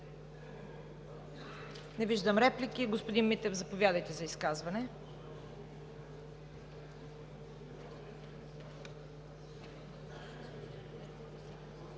Не виждам. Господин Митев, заповядайте за изказване.